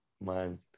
man